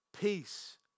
peace